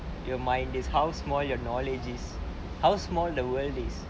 your mind is how small your knowledge is how small the world is